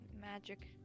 magic